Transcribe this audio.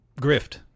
grift